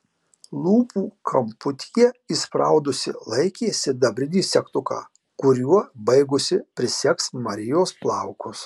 lūpų kamputyje įspraudusi laikė sidabrinį segtuką kuriuo baigusi prisegs marijos plaukus